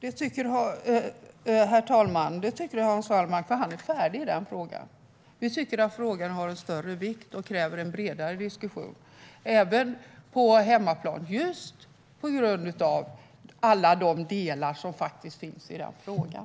Herr talman! Det tycker Hans Wallmark för hans ställningstagande i den frågan är färdigt. Vi tycker att den är av större vikt och kräver en bredare diskussion, även på hemmaplan just på grund av alla de delar som finns i den frågan.